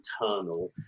internal